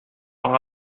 leur